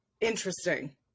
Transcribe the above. interesting